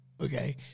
Okay